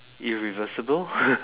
irreversible